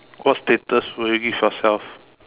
what status would you give yourself